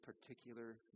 particular